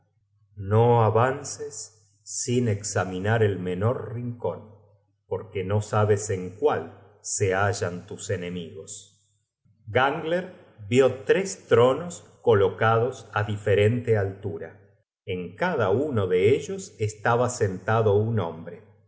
no avances sin examinar el menor rincon porque no sabes en cuál se hallan tus enemigos gangler vió tres tronos colocados á diferente altura en cada uno de ellos estaba sentado un hombre